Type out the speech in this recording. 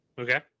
Okay